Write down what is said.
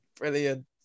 Brilliant